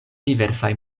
diversaj